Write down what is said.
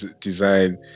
design